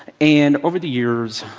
and over the years,